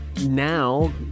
Now